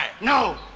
No